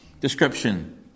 description